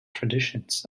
traditions